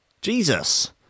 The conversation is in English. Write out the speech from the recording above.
Jesus